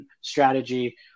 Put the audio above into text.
strategy